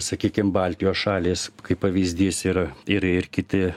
sakykim baltijos šalys kaip pavyzdys ir ir ir kiti